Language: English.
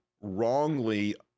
wrongly